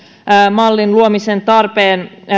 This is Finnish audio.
mallin luomisen tarpeen